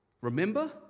Remember